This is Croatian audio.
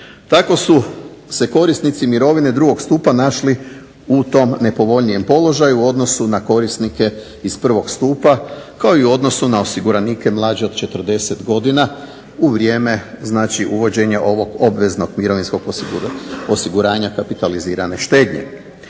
Tako su se korisnici mirovine drugog stupa našli u tom nepovoljnijem položaju u odnosu na korisnike iz 1. Stupa kao i u odnosu na osiguranike mlađe od 40 godina, u vrijeme znači uvođenja ovog obveznog mirovinskog osiguranja kapitalizirane štednje.